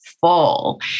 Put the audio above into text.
full